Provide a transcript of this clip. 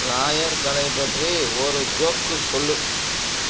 லாயர்களைப் பற்றி ஒரு ஜோக் சொல்